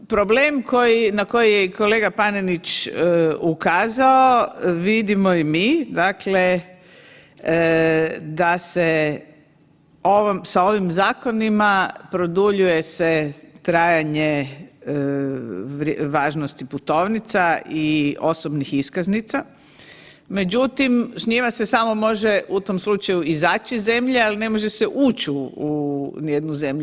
Problem na koji je i kolega Panenić ukazao vidimo i mi, dakle da se ovim, sa ovim zakonima produljuje se trajanje važnosti putovnica i osobnih iskaznica, međutim s njima se samo može u tom slučaju izaći iz zemlje, ali ne može se ući u nijednu zemlju.